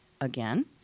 again